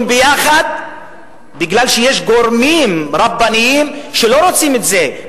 ביחד כי יש גורמים רבניים שלא רוצים את זה,